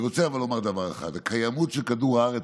אבל אני רוצה לומר דבר אחד: הקיימות של כדור הארץ,